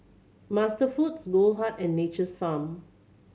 MasterFoods Goldheart and Nature's Farm